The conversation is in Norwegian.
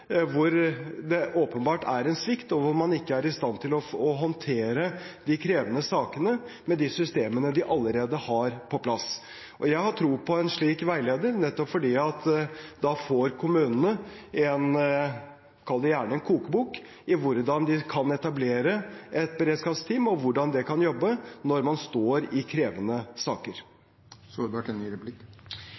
hvor det åpenbart er en svikt, og hvor man ikke er i stand til å håndtere de krevende sakene med de systemene de allerede har på plass. Jeg har tro på en slik veileder, nettopp fordi kommunene da får – kall det gjerne – en kokebok i hvordan de kan etablere et beredskapsteam, og hvordan de kan jobbe når de står i krevende